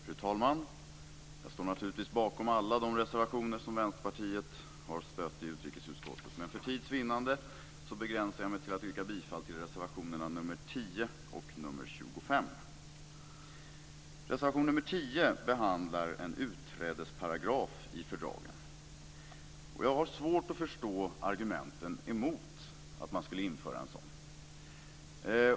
Fru talman! Jag står naturligtvis bakom alla de reservationer som Vänsterpartiet har stött i utrikesutskottet men för tids vinnande begränsar jag mig till att yrka bifall till reservationerna nr 10 och 25. I reservation nr 10 behandlas frågan om en utträdesparagraf i fördragen. Jag har svårt att förstå argumenten mot att införa en sådan.